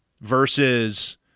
versus